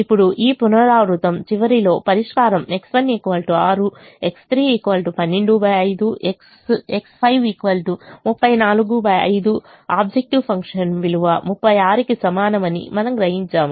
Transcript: ఇప్పుడు ఈ పునరావృతం చివరలో పరిష్కారం X1 6 X3 125 X5 345 objective function విలువ 36 కి సమానమని మనము గ్రహించాము